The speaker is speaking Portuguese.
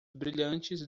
brilhantes